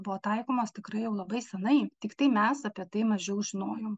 buvo taikomos tikrai jau labai senai tiktai mes apie tai mažiau žinojom